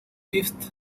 fifth